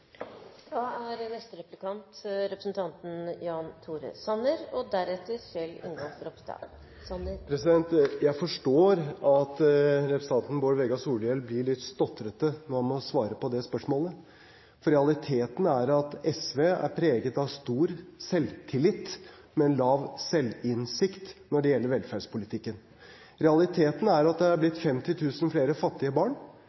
Jeg forstår at representanten Bård Vegar Solhjell blir litt stotrete når han må svare på det spørsmålet, for realiteten er at SV er preget av stor selvtillit, men lav selvinnsikt når det gjelder velferdspolitikken. Realiteten er at det ble 50 000 flere fattige barn